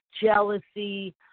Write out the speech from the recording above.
jealousy